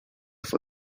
for